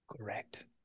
Correct